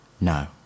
No